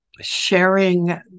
sharing